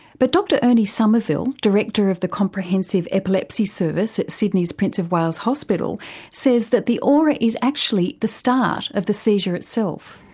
but dr ernie summerville, director of the comprehensive epilepsy service at sydney's prince of wales hospital says that the aura is actually the start of the seizure itself.